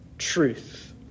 truth